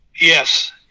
Yes